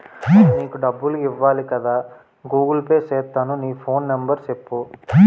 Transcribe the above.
నీకు డబ్బులు ఇవ్వాలి కదా గూగుల్ పే సేత్తాను నీ ఫోన్ నెంబర్ సెప్పు